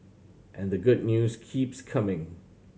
and the good news keeps coming